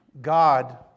God